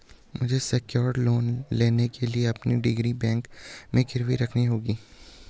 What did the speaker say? मुझे secured loan लेने के लिए अपनी डिग्री बैंक को गिरवी रखनी होगी